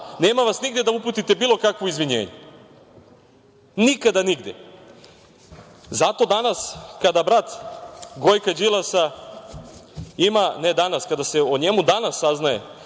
nema vas nigde da uputite bilo kakvo izvinjenje. Nikada nigde. Zato danas kada brat Gojka Đilasa, ima, ne danas, kada se danas o njemu saznaje